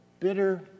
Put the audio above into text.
bitter